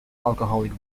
alcoholic